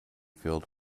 field